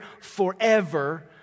forever